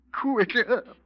quicker